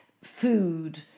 food